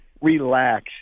relax